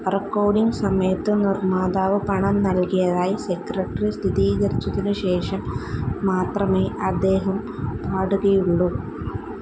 recording സമയത്ത് നിർമ്മാതാവ് പണം നൽകിയതായി സെക്രട്ടറി സ്ഥിതീകരിച്ചതിന് ശേഷം മാത്രമേ അദ്ദേഹം പാടുകയുള്ളു